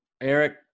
Eric